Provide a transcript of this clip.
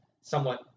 somewhat